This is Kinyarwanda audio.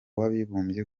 w’abibumbye